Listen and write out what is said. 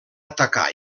atacar